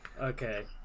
Okay